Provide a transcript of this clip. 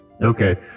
Okay